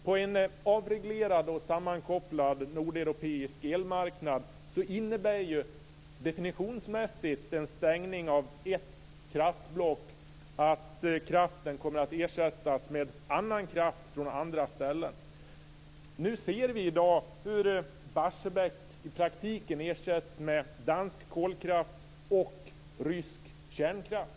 På en avreglerad och sammankopplad nordeuropeisk elmarknad innebär ju definitionsmässigt en stängning av ett kraftblock att kraften kommer att ersättas med annan kraft från andra ställen. Nu ser vi i dag hur Barsebäck i praktiken ersätts med dansk kolkraft och rysk kärnkraft.